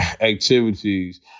activities